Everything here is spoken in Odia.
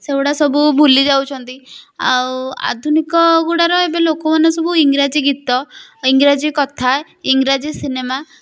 ସେଗୁଡ଼ା ସବୁ ଭୁଲି ଯାଉଛନ୍ତି ଆଉ ଆଧୁନିକ ଗୁଡ଼ାର ଏବେ ଲୋକମାନେ ସବୁ ଇଂରାଜୀ ଗୀତ ଇଂରାଜୀ କଥା ଇଂରାଜୀ ସିନେମା